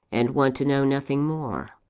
and want to know nothing more.